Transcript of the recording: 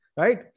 right